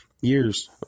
years